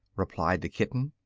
replied the kitten.